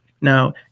Now